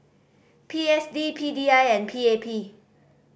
P S D P D I and P A P